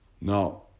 Now